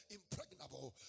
impregnable